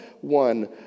one